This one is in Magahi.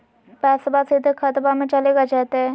पैसाबा सीधे खतबा मे चलेगा जयते?